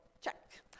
check